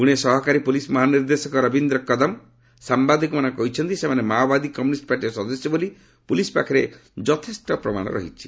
ପୁଣେ ସହକାରୀ ପୁଲିସ୍ ମହାନିର୍ଦ୍ଦେଶକ ରବିନ୍ଦ୍ର କଦମ୍ ସାମ୍ବାଦିକମାନଙ୍କୁ କହିଛନ୍ତି ସେମାନେ ମାଓବାଦୀ କମ୍ୟୁନିଷ୍ଟ ପାର୍ଟିର ସଦସ୍ୟ ବୋଲି ପୁଲିସ୍ ପାଖରେ ଯଥେଷ୍ଟ ପ୍ରମାଣ ରହିଛି